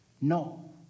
no